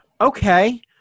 Okay